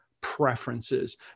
preferences